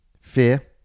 fear